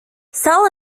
sal